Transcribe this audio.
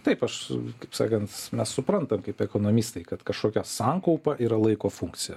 taip aš kaip sakant mes suprantam kaip ekonomistai kad kažkokia sankaupa yra laiko funkcija